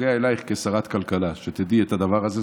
נוגע אלייך כשרת כלכלה, שתדעי את הדבר הזה.